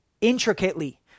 intricately